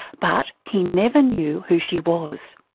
but he never knew who she was.